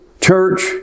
church